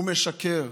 הוא משקר.